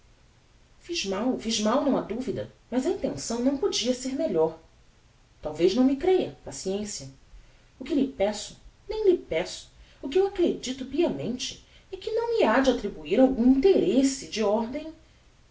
fiz não ha duvida mas a intenção não podia ser melhor talvez não me creia paciencia o que lhe peço nem lhe peço o que eu acredito piamente é que não me hade attribuir algum interesse de ordem